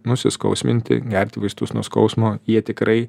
nusiskausminti gerti vaistus nuo skausmo jie tikrai